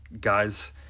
Guys